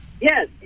Yes